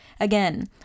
Again